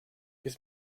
his